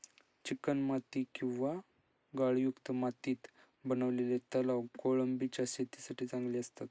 चिकणमाती किंवा गाळयुक्त मातीत बनवलेले तलाव कोळंबीच्या शेतीसाठी चांगले असतात